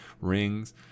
rings